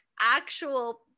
actual